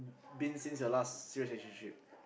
been since your last serious relationship